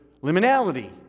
liminality